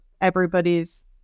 everybody's